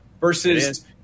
versus